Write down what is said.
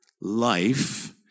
life